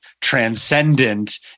transcendent